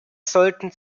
sollten